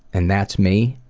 and that's me,